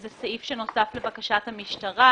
זה סעיף שנוסף לבקשת המשטרה,